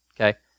Okay